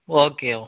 okay ಓ